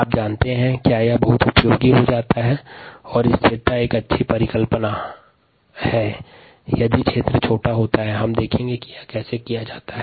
छोटे क्षेत्र के लिए उपज गुणांक संकल्पना स्लाइड समय 3200 में प्रदर्शित है